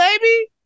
baby